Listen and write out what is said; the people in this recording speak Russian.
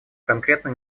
конкретно